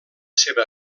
seva